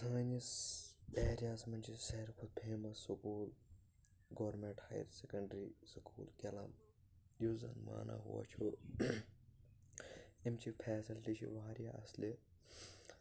سأنِس ایریاہس منٛز چھ ساروٕے کھۄتہٕ famous school government higher secondary school کٮ۪لم یُس زن مانا ہوا چھُ أمۍچہِ فیسلٹی چھ واریاہ اصلہِ